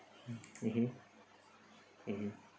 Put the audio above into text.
mmhmm mmhmm